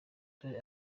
dore